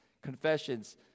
confessions